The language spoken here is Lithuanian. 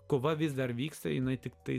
kova vis dar vyksta jinai tiktai